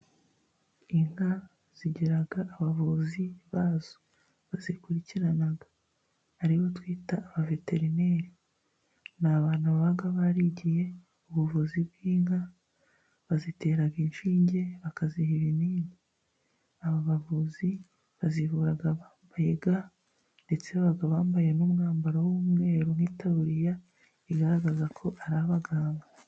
Inka zigira abavuzi bazo bazikurikirana aribo twita abaveterineri, ni abantu baba barigiye ubuvuzi bw'inka bazitera inshinge, bakaziha ibinini. Aba bavuzi bazivura bambaye ga ndetse baba bambaye n'umwambaro w'umweru nk'itaburiya, igaragazako ari abaganga.